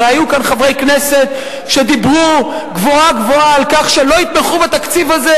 הרי היו כאן חברי כנסת שדיברו גבוהה-גבוהה על כך שלא יתמכו בתקציב הזה,